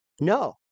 no